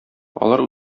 алар